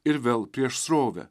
ir vėl prieš srovę